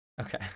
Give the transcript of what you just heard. Okay